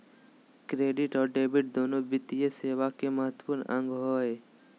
credit और debit दोनो वित्तीय सेवा के महत्त्वपूर्ण अंग हय